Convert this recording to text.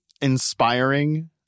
inspiring